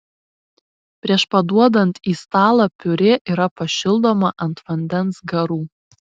prieš paduodant į stalą piurė yra pašildoma ant vandens garų